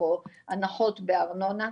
בתוכו הנחות בארנונה,